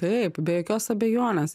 taip be jokios abejonės